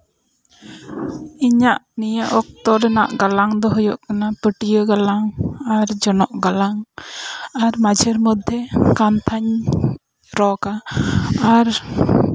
ᱤᱧᱟᱹᱜ ᱱᱤᱭᱟᱹ ᱚᱠᱛᱚ ᱨᱮᱱᱟᱜ ᱜᱟᱞᱟᱝ ᱫᱚ ᱦᱩᱭᱩᱜ ᱠᱟᱱᱟᱼ ᱯᱟᱹᱴᱭᱟ ᱜᱟᱞᱟᱝ ᱟᱨ ᱡᱚᱱᱚᱜ ᱜᱟᱞᱟᱝ ᱟᱨ ᱢᱟᱡᱷᱮᱨ ᱢᱚᱫᱽᱫᱷᱮ ᱠᱟᱱᱛᱷᱟᱧ ᱨᱚᱜᱼᱟ ᱟᱨ